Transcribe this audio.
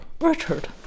Richard